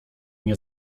nie